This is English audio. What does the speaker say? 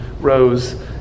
rose